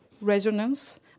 resonance